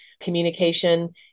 communication